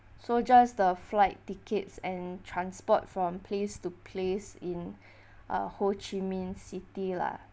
so just the flight tickets and transport from place to place in uh ho chi minh city lah